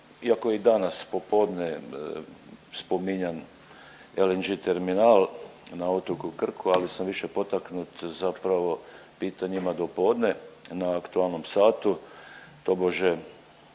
iako i danas popodne spominjan LNG terminal na otoku Krku, ali sam više potaknut zapravo pitanjima do podne na aktualnom satu